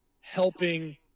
helping